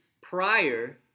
prior